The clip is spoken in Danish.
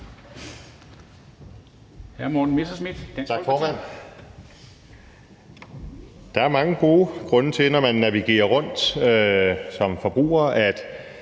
Der er mange gode grunde til, når man navigerer rundt som forbruger, at